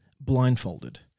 blindfolded